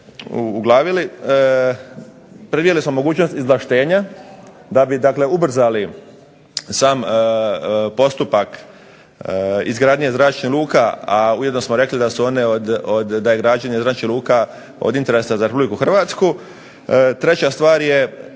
uglavili. Predvidjeli smo mogućnost izvlaštenja da bi ubrzali sam postupak izgradnje zračnih luka, a ujedno smo rekli da je građenje zračnih luka od interesa za Republiku Hrvatsku. Treća stvar,